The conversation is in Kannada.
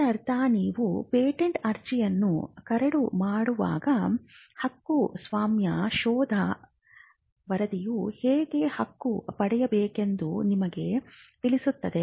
ಇದರರ್ಥ ನೀವು ಪೇಟೆಂಟ್ ಅರ್ಜಿಯನ್ನು ಕರಡು ಮಾಡುವಾಗ ಹಕ್ಕುಸ್ವಾಮ್ಯ ಶೋಧ ವರದಿಯು ಹೇಗೆ ಹಕ್ಕು ಪಡೆಯಬೇಕೆಂದು ನಿಮಗೆ ತಿಳಿಸುತ್ತದೆ